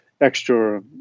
extra